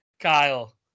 Kyle